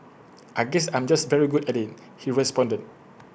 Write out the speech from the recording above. I guess I'm just very good at IT he responded